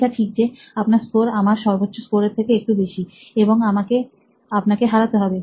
এটা ঠিক যে আপনার স্কোর আমার সর্বোচ্চ স্কোর এর থেকে একটু বেশি এবং আমাকে আপনাকে হারাতে হবে